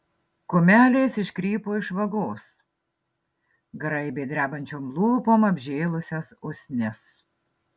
kumelės iškrypo iš vagos graibė drebančiom lūpom atžėlusias usnis